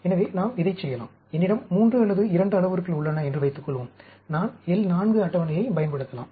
எனவே நாம் இதைச் செய்யலாம் என்னிடம் 3 அல்லது 2 அளவுருக்கள் உள்ளன என்று வைத்துக்கொள்வோம் நான் L 4 அட்டவணையைப் பயன்படுத்தலாம்